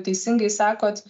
teisingai sakot